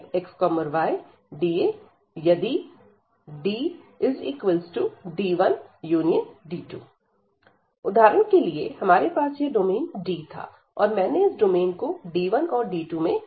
∬DfxydA∬D1fxydA∬D2fxydA यदि DD1D2 उदाहरण के लिए हमारे पास यह डोमेन D था और मैंने इस डोमेन को D1 और D2 में विभाजित कर दिया था